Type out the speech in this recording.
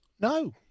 No